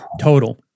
total